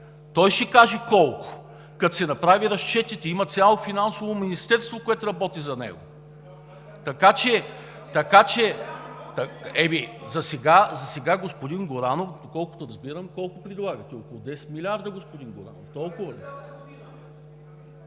той ще каже колко. Като се направят разчетите, има цяло Финансово министерство, което работи за него. (Шум и реплики.) Така че… Засега, господин Горанов, доколкото разбирам, колко предлагате? Около 10 милиарда, господин Горанов, толкова ли?